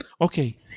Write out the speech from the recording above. Okay